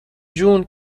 جون